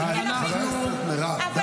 חברת הכנסת מירב, די.